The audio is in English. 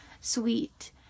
sweet